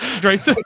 Great